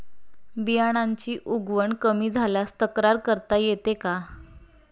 बियाण्यांची उगवण कमी झाल्यास तक्रार करता येते का?